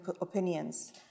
opinions